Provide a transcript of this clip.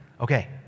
Okay